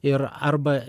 ir arba